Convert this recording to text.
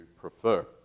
prefer